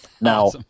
Now